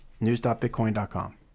News.bitcoin.com